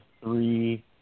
three